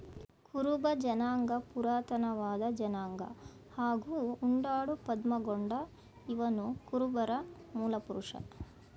ಕುರುಬ ಜನಾಂಗ ಪುರಾತನವಾದ ಜನಾಂಗ ಹಾಗೂ ಉಂಡಾಡು ಪದ್ಮಗೊಂಡ ಇವನುಕುರುಬರ ಮೂಲಪುರುಷ